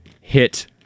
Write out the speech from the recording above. hit